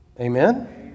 Amen